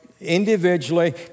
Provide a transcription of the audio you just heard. individually